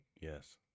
Yes